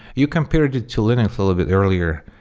you compared it to linux a little bit earlier,